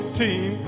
team